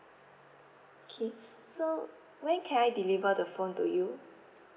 okay so when can I deliver the phone to you